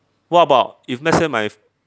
what about if let's say my